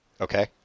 Okay